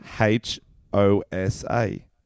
H-O-S-A